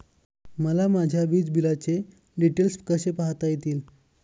मला माझ्या वीजबिलाचे डिटेल्स कसे पाहता येतील?